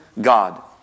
God